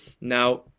now